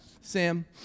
Sam